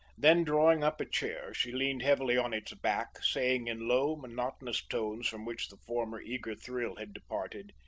then drawing up a chair, she leaned heavily on its back, saying in low, monotonous tones from which the former eager thrill had departed